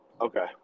Okay